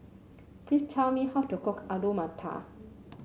please tell me how to cook Alu Matar